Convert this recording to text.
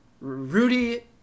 Rudy